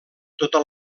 tota